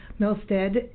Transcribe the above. Milstead